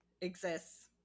Exists